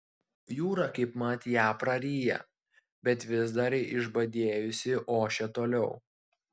jūra kaipmat ją praryja bet vis dar išbadėjusi ošia toliau